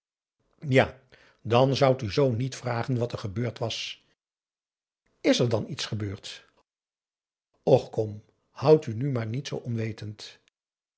ja dan zoudt u zoo niet vragen wat er gebeurd was is er dan iets gebeurd och kom houd u nu maar niet zoo onwetend